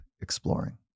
exploring